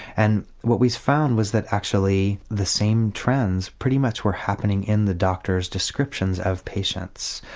and what was found was that actually the same trends pretty much were happening in the doctors' descriptions of patients.